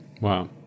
Wow